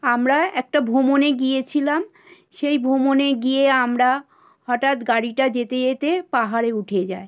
আমরা একটা ভ্রমণে গিয়েছিলাম সেই ভ্রমণে গিয়ে আমরা হটাৎ গাড়িটা যেতে যেতে পাহাড়ে উঠে যায়